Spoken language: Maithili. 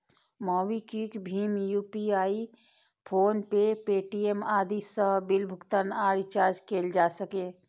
मोबीक्विक, भीम यू.पी.आई, फोनपे, पे.टी.एम आदि सं बिल भुगतान आ रिचार्ज कैल जा सकैए